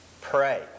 pray